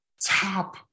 top